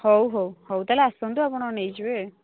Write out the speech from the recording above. ହଉ ହଉ ହଉ ତା'ହେଲେ ଆସନ୍ତୁ ଆପଣ ନେଇଯିବେ